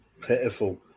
Pitiful